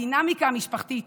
הדינמיקה המשפחתית,